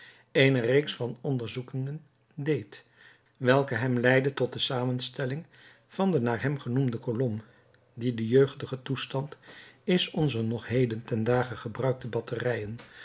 eene reeks van onderzoekingen deed welke hem leidden tot de zamenstelling van de naar hem genoemde kolom die de jeugdige toestand is onzer nog heden ten dage gebruikte batterijen